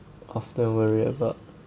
often worry about